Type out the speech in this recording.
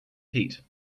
heat